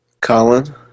Colin